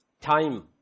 Time